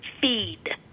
feed